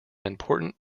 important